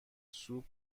سوپ